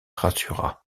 rassura